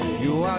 you